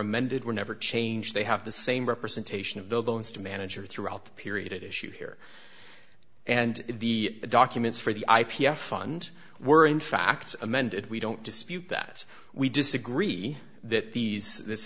amended were never changed they have the same representation of the loans to manager throughout the period at issue here and the documents for the i p f fund were in fact amended we don't dispute that we disagree that these this